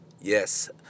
Yes